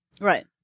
Right